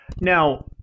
Now